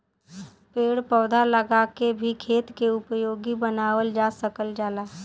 पेड़ पौधा लगा के भी खेत के उपयोगी बनावल जा सकल जाला